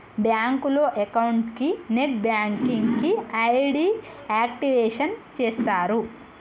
బ్యాంకులో అకౌంట్ కి net banking కి ఐడి యాక్టివేషన్ చేస్తరు